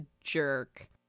jerk